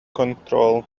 control